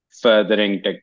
furthering